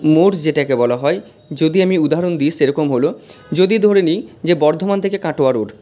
মোড় যেটাকে বলা হয় যদি আমি উদাহরণ দিই সেরকম হল যদি ধরে নিই যে বর্ধমান থেকে কাটোয়া রোড